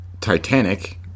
Titanic